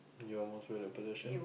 your most valued possession